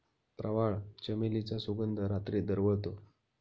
प्रवाळ, चमेलीचा सुगंध रात्री दरवळतो